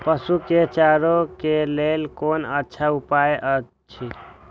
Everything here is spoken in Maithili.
पशु के चारा के लेल कोन अच्छा उपाय अछि?